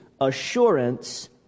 assurance